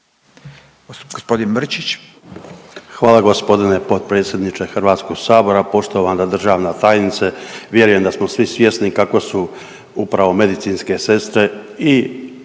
Hvala gospodine potpredsjedniče Hrvatskog sabora. Poštovana državna tajnice. Vjerujem da smo svi svjesni kako su upravo medicinske sestre i